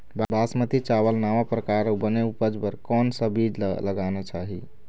बासमती चावल नावा परकार अऊ बने उपज बर कोन सा बीज ला लगाना चाही?